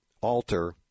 alter